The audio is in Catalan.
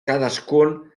cadascun